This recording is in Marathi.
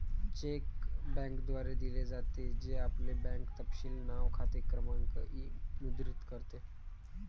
चेक बँकेद्वारे दिले जाते, जे आपले बँक तपशील नाव, खाते क्रमांक इ मुद्रित करते